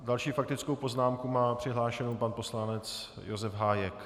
Další faktickou poznámku má přihlášenu pan poslanec Josef Hájek.